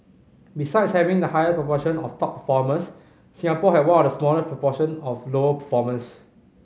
besides having the highest proportion of top performers Singapore had one of the smallest proportion of low performers